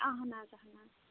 اَہَن حظ اَہَن حظ